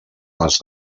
les